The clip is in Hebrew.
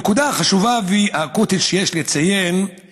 הנקודה החשובה והאקוטית שיש לציין היא